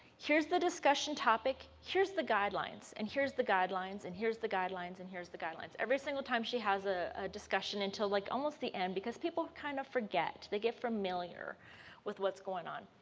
here's the discussion topic, here's the guidelines and here's the guidelines and here's the guidelines, and here's the guidelines. every single time she has a ah discussion until like almost the end because people kind of forget, they get familiar with what's going on.